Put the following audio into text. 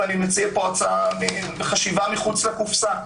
ואני מציע פה חשיבה מחוץ לקופסה.